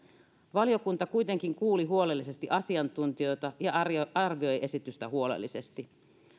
valiokunta kuitenkin kuuli huolellisesti asiantuntijoita ja arvioi esitystä huolellisesti